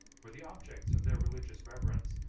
were the objects of their religious reverence,